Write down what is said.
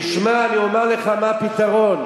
תשמע, אני אומר לך מה הפתרון.